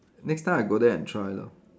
next time I go there and try lor